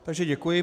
Takže děkuji.